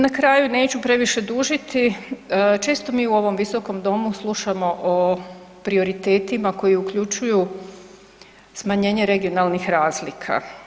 Na kraju, neću previše dužiti, često mi u ovom Viskom domu slušamo o prioritetima koji uključuju smanjenje regionalnih razlika.